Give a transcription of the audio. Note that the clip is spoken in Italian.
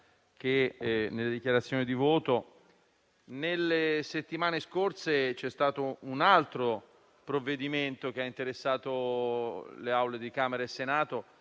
sia nelle dichiarazioni di voto. Nelle settimane scorse c'è stato un altro provvedimento che ha interessato le Assemblee di Camera e Senato